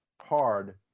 hard